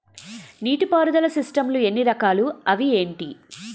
నీటిపారుదల సిస్టమ్ లు ఎన్ని రకాలు? అవి ఏంటి?